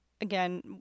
again